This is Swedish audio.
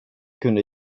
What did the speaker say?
kunde